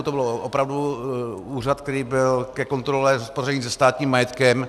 To byl opravdu úřad, který byl ke kontrole hospodaření se státním majetkem.